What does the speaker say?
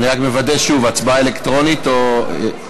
אני רק מוודא שוב: הצבעה אלקטרונית, או, ?